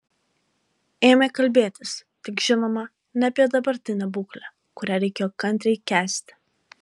ėmė kalbėtis tik žinoma ne apie dabartinę būklę kurią reikėjo kantriai kęsti